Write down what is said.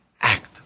act